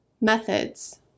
Methods